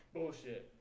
Bullshit